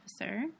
officer